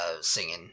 singing